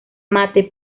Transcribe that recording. mate